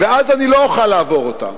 ואז אני לא אוכל לעבור אותה.